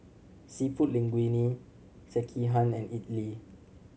Seafood Linguine Sekihan and Idili